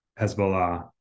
Hezbollah